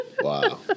Wow